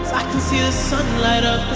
i can see the sun light up